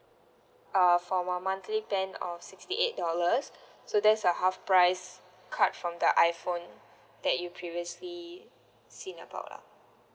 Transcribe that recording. uh for a monthly plan of sixty eight dollars so there's a half price cut from the iPhone that you previously seen about lah